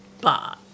Bye